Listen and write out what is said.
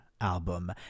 album